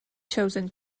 chosen